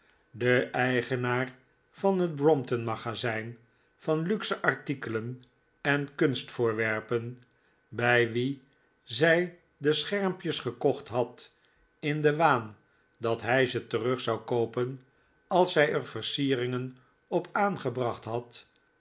de eigenaar van het brompton magazijn van luxe artikelen en kunstvoorwerpen bij wien zij de schermpjes gekocht had in den waan dat hij ze terug zou koopen als zij er versieringen op aangebracht had